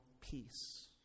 peace